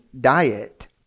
diet